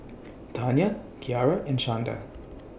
Tanya Kiarra and Shanda